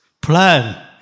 plan